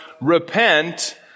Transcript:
repent